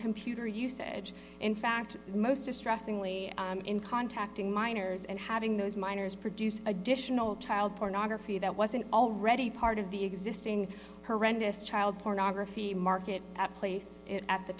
computer usage in fact most distressingly in contacting minors and having those miners produce additional child pornography that wasn't already part of the existing horrendous child pornography market at place at the